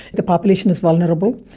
the population is vulnerable.